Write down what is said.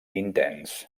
intens